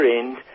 end